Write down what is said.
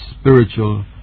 spiritual